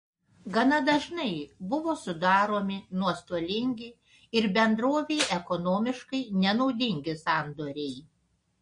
gana dažnai buvo sudaromi nuostolingi ir bendrovei ekonomiškai nenaudingi sandoriai